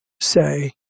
say